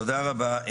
תודה רבה.